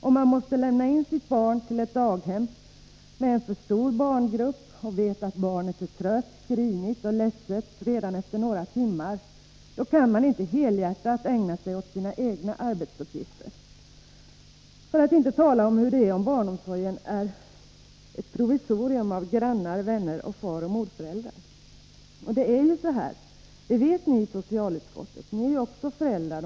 Om man måste lämna in sitt barn till ett daghem med en alltför stor barngrupp och vet att barnet är trött, grinigt och ledset redan efter några timmar, då kan man inte helhjärtat ägna sig åt sina arbetsuppgifter — för att inte tala om hur det är om barnomsorgen är ett provisorium av grannar, vänner och faroch morföräldrar. Att det är så vet ni i socialutskottet. De flesta av er är ju också föräldrar.